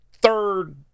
third